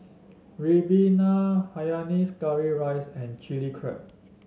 ribena Hainanese Curry Rice and Chilli Crab